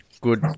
Good